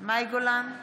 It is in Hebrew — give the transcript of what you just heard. מאי גולן,